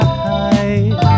hide